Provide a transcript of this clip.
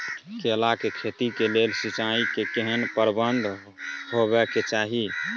केला के खेती के लेल सिंचाई के केहेन प्रबंध होबय के चाही?